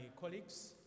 colleagues